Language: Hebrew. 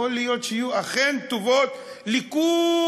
יכול להיות שיהיו אכן טובות לכו-לם,